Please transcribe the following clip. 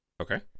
Okay